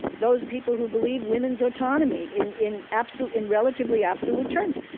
those people who believe women's autonomy in in absolute, in relatively absolute terms.